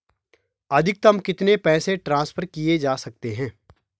अधिकतम कितने पैसे ट्रांसफर किये जा सकते हैं?